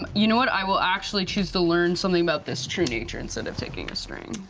um you know what, i will actually choose to learn something about this true nature instead of taking a string.